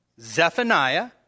Zephaniah